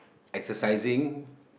exercising